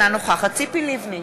אינה נוכחת ציפי לבני,